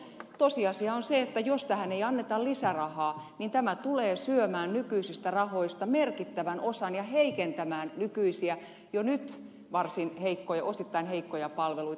tosiasia on se että jos tähän ei anneta lisärahaa niin tämä tulee syömään nykyisistä rahoista merkittävän osan ja heikentämään nykyisiä jo nyt osittain varsin heikkoja palveluita